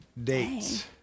dates